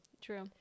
True